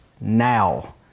now